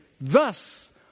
Thus